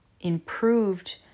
improved